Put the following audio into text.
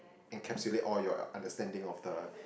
encapsulate all your understanding of the